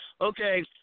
Okay